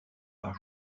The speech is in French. par